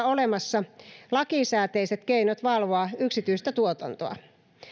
olemassa lakisääteiset keinot valvoa yksityistä tuotantoa